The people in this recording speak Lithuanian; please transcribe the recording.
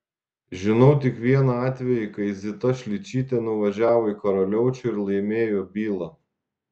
žinau tik vieną atvejį kai zita šličytė nuvažiavo į karaliaučių ir laimėjo bylą